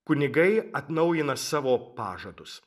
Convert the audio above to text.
kunigai atnaujina savo pažadus